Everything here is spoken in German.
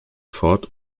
fort